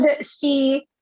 see